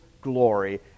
glory